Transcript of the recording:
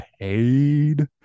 paid